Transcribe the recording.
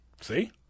See